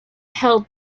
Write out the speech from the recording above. held